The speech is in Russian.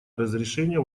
разрешения